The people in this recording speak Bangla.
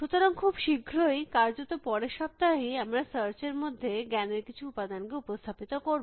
সুতরাং খুব শীঘ্রই কার্যত পরের সপ্তাহে ই আমরা সার্চ এর মধ্যে জ্ঞানের কিছু উপাদানকে উপস্থাপিত করব